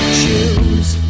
choose